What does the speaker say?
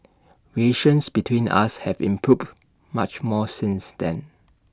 relations between us have improved much more since then